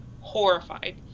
horrified